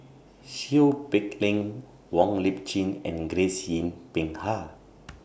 Seow Peck Leng Wong Lip Chin and Grace Yin Peck Ha